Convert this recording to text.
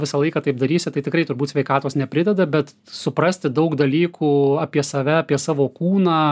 visą laiką taip darysi tai tikrai turbūt sveikatos neprideda bet suprasti daug dalykų apie save apie savo kūną